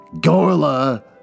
Gorla